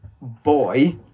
boy